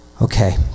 Okay